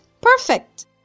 perfect